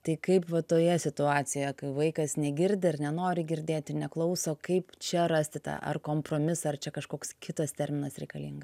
tai kaip va toje situacijoje kai vaikas negirdi ar nenori girdėti neklauso kaip čia rasti tą ar kompromisą ar čia kažkoks kitas terminas reikalinga